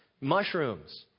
Mushrooms